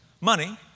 money